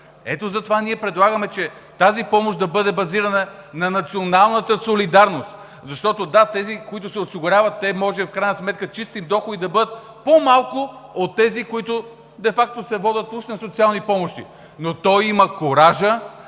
Ето затова ние предлагаме тази помощ да бъде базирана на националната солидарност. Да, тези се осигуряват, на тях в крайна сметка чистите им доходи могат да бъдат по-малко от тези, които де факто се водят уж на социални помощи, но той има куража,